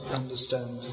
understand